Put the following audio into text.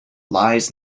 lies